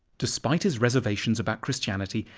despite his reservations about christianity,